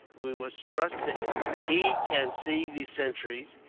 we must trust to him. he can see the sentries,